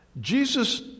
Jesus